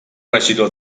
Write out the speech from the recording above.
regidor